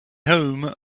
whom